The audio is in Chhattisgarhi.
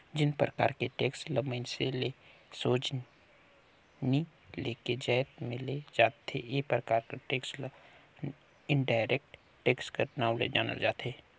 जेन परकार के टेक्स ल मइनसे ले सोझ नी लेके जाएत में ले जाथे ए परकार कर टेक्स ल इनडायरेक्ट टेक्स कर नांव ले जानल जाथे